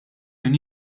minn